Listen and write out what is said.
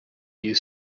you